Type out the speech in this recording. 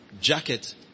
jacket